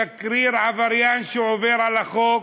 שגריר עבריין שעובר על החוק,